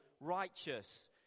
righteous